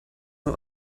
not